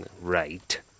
Right